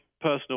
personal